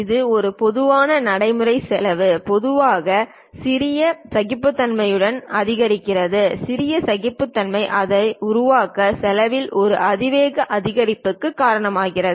இது ஒரு பொதுவான நடைமுறை செலவு பொதுவாக சிறிய சகிப்புத்தன்மையுடன் அதிகரிக்கிறது சிறிய சகிப்புத்தன்மை அதை உருவாக்க செலவில் ஒரு அதிவேக அதிகரிப்புக்கு காரணமாகிறது